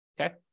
Okay